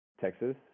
texas